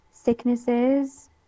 Sicknesses